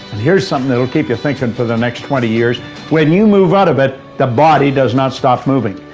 here's something that'll keep you thinking for the next twenty years when you move out of it, the body does not stop moving.